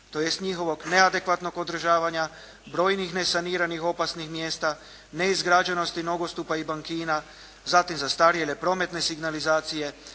tj. njihovog neadekvatnog održavanja, brojnih nesaniranih opasnih mjesta, neizgrađenosti nogostupa i bankina zatim zastarjele prometne signalizacije.